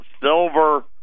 silver